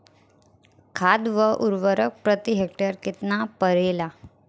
खाद व उर्वरक प्रति हेक्टेयर केतना परेला?